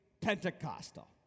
Pentecostal